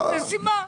יש סיבה.